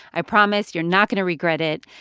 i promise you're not going to regret it.